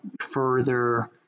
further